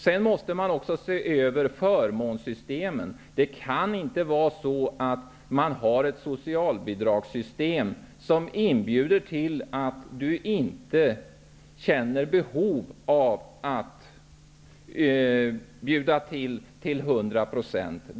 Vi måste också se över förmånssystemen. Det får inte vara så att socialbidragssystemet inbjuder till att människor inte skall känna behov av att till hundra procent bjuda till.